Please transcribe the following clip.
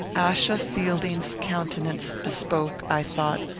achsa fielding's countenance bespoke, i thought,